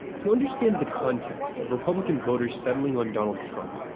to understand the context of republican voters settling on donald trump,